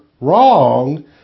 wrong